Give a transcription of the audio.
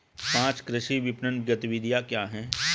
पाँच कृषि विपणन गतिविधियाँ क्या हैं?